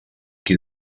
qui